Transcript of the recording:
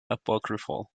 apocryphal